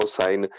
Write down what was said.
sign